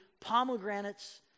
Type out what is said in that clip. pomegranates